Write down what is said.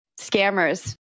scammers